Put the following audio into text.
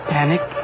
Panic